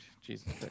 Jesus